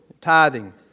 tithing